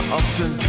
often